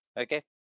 Okay